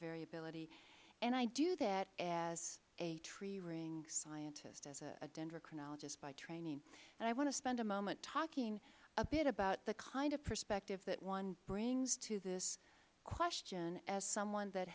variability and i do that as a tree ring scientist as a dendrochronologist by training and i want to spend a moment talking a bit about the kind of perspective that one brings to this question as someone that